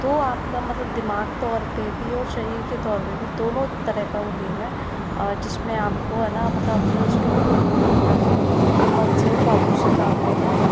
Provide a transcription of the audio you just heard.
तो आपका मतलब दिमाग तौर पे भी और शरीर तौर पे भी दोनों तरह का वो गेम है जिसमें आपको है ना मतलब अपने उसके ऊपर वो रखना है हिम्मत से और काबू से काम लेना है